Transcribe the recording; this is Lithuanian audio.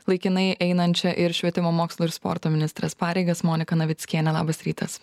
laikinai einančią ir švietimo mokslo ir sporto ministrės pareigas moniką navickienę labas rytas